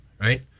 right